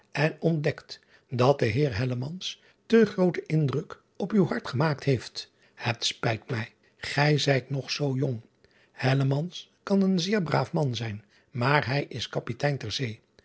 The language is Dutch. en ontdekt dat de eer te grooten indruk op uw hart gemaakt heeft et spijt mij ij zijt nog zoo jong kan een zeer braaf man zijn maar hij is